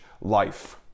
life